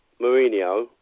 Mourinho